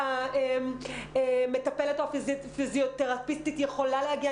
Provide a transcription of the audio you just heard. האם המטפלת או הפיזיותרפיסטית יכולה להגיע?